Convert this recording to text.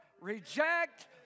Reject